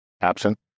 absent